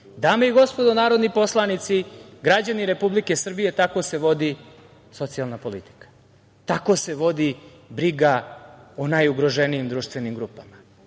i gospodo narodni poslanici, građani Republike Srbije, tako se vodi socijalna politika. Tako se vodi briga o najugroženijim društvenim grupama.